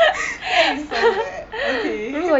why are you so bad okay